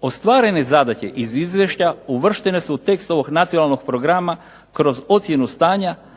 Ostvarene zadaće iz izvješća uvrštene su u tekst ovog nacionalnog programa kroz ocjenu stanja,